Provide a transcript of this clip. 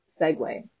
segue